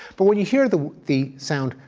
but when you hear the the sound,